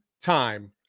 time